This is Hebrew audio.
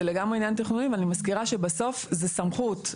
זה לגמרי עניין תכנוני ואני מזכירה שבסוף זה סמכות.